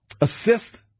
assist